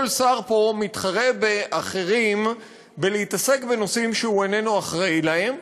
כל שר פה מתחרה באחרים בלהתעסק בנושאים שהוא איננו אחראי להם,